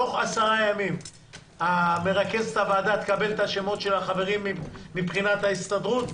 תוך עשרה ימים מרכזת הוועדה תקבל את שמות החברים מבחינת ההסתדרות?